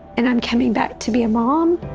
and i'm coming back to be a mom,